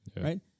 right